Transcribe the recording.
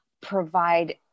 provide